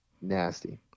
nasty